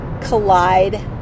collide